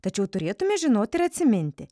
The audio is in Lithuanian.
tačiau turėtume žinoti ir atsiminti